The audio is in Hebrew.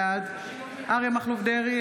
בעד אריה מכלוף דרעי,